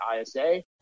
ISA